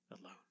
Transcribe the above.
alone